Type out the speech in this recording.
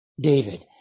David